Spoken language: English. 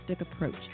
approach